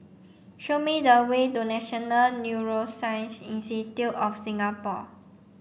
show me the way to National Neuroscience Institute of Singapore